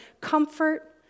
comfort